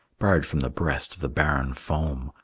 barred from the breast of the barren foam,